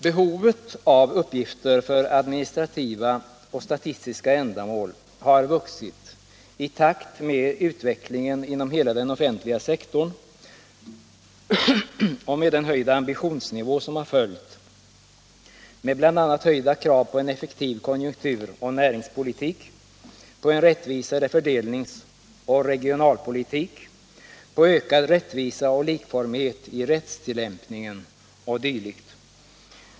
Behovet av uppgifter för administrativa och statistiska ändamål har vuxit i takt med utvecklingen inom hela den offentliga sektorn och med den höjda ambitionsnivå som har följt med bl.a. höjda krav på en effektiv konjunktur och näringspolitik, på en rättvisare fördelnings och regionalpolitik, på ökad rättvisa och likformighet i rättstillämpningen o. d.